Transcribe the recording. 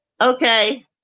Okay